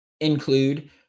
include